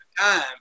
time